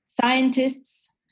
scientists